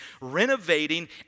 renovating